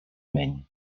main